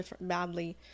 badly